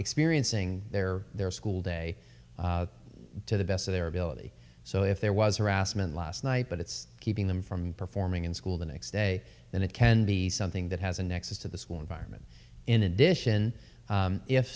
experiencing their their school day to the best of their ability so if there was harassment last night but it's keeping them from performing in school the next day and it can be something that has a nexus to the school environment in addition